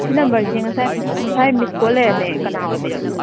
ꯁꯤ ꯅꯝꯕꯔꯁꯦ ꯉꯁꯥꯏ ꯃꯤꯁ ꯀꯣꯜ ꯂꯩꯔꯝꯃꯦ ꯀꯅꯥ ꯑꯣꯏꯕꯤꯔꯕꯅꯣ